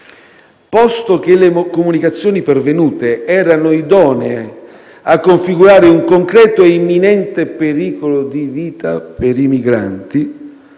Posto che le comunicazioni pervenute erano idonee a configurare un concreto e imminente pericolo di vita per i migranti,